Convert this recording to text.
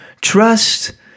Trust